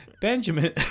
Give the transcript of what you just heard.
Benjamin